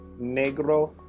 Negro